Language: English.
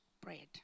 bread